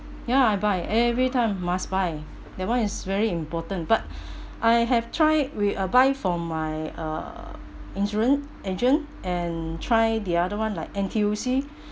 ya I buy every time must buy that one is very important but I have tried we uh buy from my uh insurance agent and try the other one like N_T_U_C